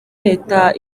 leta